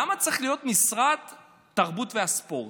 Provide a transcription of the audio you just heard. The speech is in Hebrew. למה צריך להיות משרד התרבות והספורט?